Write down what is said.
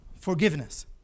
forgiveness